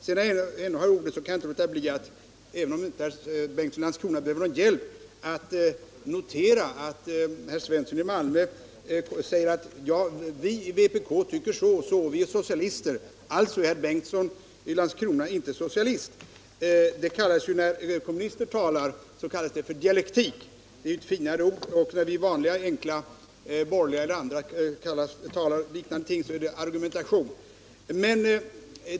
Sedan kan jag inte låta bli att notera en sak, när jag nu ändå har ordet — även om herr Bengtsson i Landskrona inte behöver någon hjälp i debatten. Herr Svensson i Malmö sade att i vpk tycker vi så och så; vi är socialister. Eftersom herr Bengtsson i Landskrona tycker annorlunda är han inte socialist. När kommunister resonerar på det sättet kallas det med ett finare ord för dialektik. När vi andra enkla människor, borgerliga eller andra, talar om liknande ting är det argumentation.